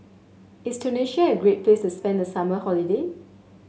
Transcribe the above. is Tunisia a great place spend summer holiday